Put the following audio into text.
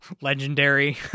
legendary